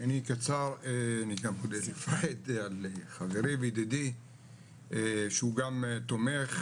--- חברי וידידי שהוא גם תומך,